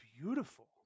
beautiful